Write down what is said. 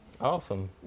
Awesome